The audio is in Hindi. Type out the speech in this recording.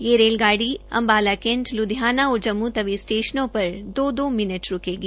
यह रेलगाड़ी अम्बाला कैंट लुधियाना और जम्मू तवी स्टेशनों पर दो दो मिनट रूकेगी